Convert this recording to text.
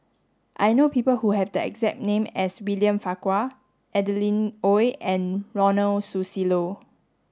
I know people who have the exact name as William Farquhar Adeline Ooi and Ronald Susilo